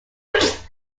boats